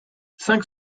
cinq